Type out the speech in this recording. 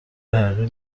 حقیقی